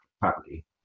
property